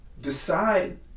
Decide